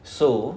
so